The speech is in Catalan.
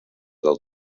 del